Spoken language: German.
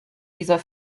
dieser